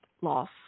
loss